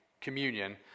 communion